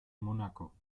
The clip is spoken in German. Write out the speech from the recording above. monaco